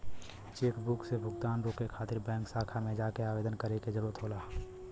chequebook से भुगतान रोके खातिर बैंक शाखा में जाके आवेदन करे क जरुरत होला